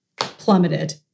plummeted